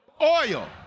oil